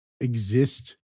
exist